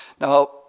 Now